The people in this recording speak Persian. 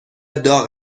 داغ